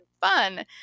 fun